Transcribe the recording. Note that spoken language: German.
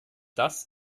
das